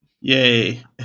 Yay